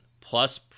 plus